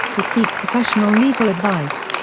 to seek professional legal advice.